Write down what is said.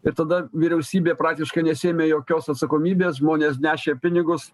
ir tada vyriausybė praktiškai nesiėmė jokios atsakomybės žmonės nešė pinigus